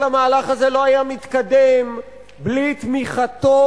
כל המהלך הזה לא היה מתקדם בלי תמיכתו